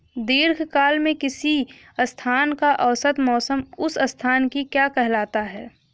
दीर्घकाल में किसी स्थान का औसत मौसम उस स्थान की क्या कहलाता है?